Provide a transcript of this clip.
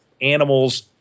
animals